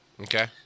Okay